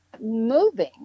moving